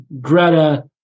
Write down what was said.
Greta